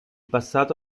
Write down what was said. passato